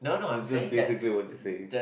d~ d~ basically what they say